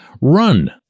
run